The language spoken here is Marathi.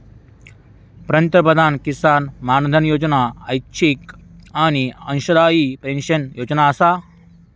पंतप्रधान किसान मानधन योजना ऐच्छिक आणि अंशदायी पेन्शन योजना आसा